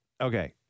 Okay